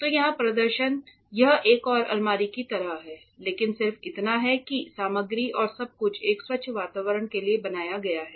तो यहाँ प्रदर्शन यह एक और अलमारी की तरह है लेकिन सिर्फ इतना है कि सामग्री और सब कुछ एक स्वच्छ वातावरण के लिए बनाया गया है